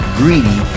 greedy